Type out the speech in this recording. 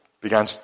began